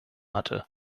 hatte